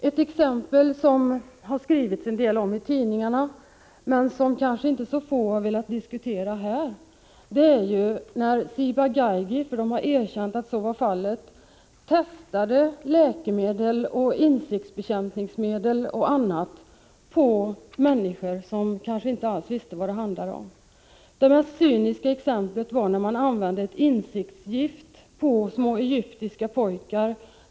Som exempel kan nämnas — det har skrivits om saken i tidningarna men så många ledamöter har kanske inte velat diskutera den här —att Ciba-Geigy — företaget har erkänt — testade läkemedel, insektsbekämpningsmedel och annat på människor, som kanske inte alls visste vad det handlade om. Det mest cyniska var användandet av ett insektsgift på små egyptiska pojkar.